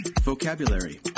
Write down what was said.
Vocabulary